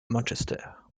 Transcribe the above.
manchester